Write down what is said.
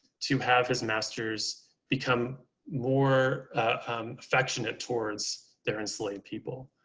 to have his masters become more affectionate towards their enslaved people.